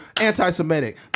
anti-Semitic